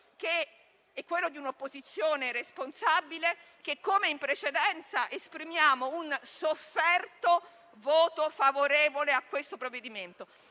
quello di un'opposizione responsabile, che come in precedenza esprimiamo un sofferto voto favorevole a questo provvedimento.